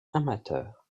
amateurs